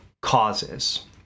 causes